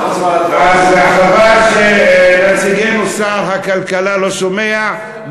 אז חבל שנציגנו שר הכלכלה לא שומע,